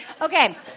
Okay